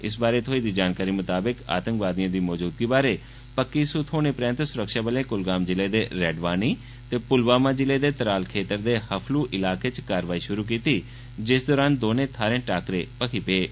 इस बारे थ्होई दी जानकारी मताबक आतंकवादियें दी मौजूदगी बारै पक्की सूह थ्होने परैन्त स्रक्षाबले क्लगाम जिले दे रैडवनी ते प्लवामा जिले दे तराल क्षेत्र दे हफलू इलाके च कारवाई शुरु कीती जिस दौरान दौने थाहरें टाकरा बक्खी पेया